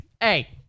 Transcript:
hey